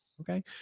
Okay